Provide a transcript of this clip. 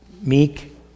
meek